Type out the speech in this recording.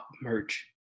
merch